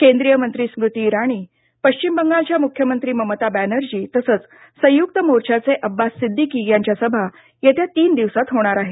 केंद्रीय मंत्री स्मृती इराणी पश्चिम बंगालच्या मुख्यमंत्री ममता बॅनर्जी तसंच संयुक्त मोर्चाचे अब्बास सिद्दीकी यांच्या सभा येत्या तीन दिवसांत होणार आहेत